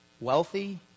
Wealthy